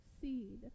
seed